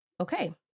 Okay